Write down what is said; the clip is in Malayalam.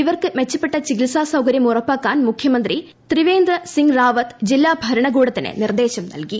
ഇവർക്ക് മെച്ചപ്പെട്ട ചികിത്സാ സൌകര്യം ഉറപ്പാക്കാൻ മുഖ്യമന്ത്രി ത്രിവേന്ദ്ര സിംഗ് റാവത്ത് ജില്ലാ ഭരണകൂടത്തിന് നിർദ്ദേശം നൽകി